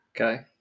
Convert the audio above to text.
Okay